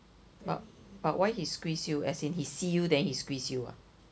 but why he squeeze you as in he see you then he squeeze you ah